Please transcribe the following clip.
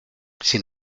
sin